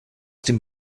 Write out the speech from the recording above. den